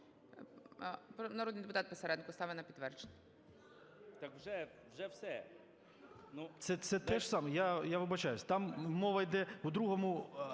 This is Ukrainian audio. Народний депутат Писаренко ставить на підтвердження.